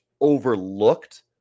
overlooked